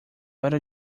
hora